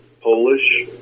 Polish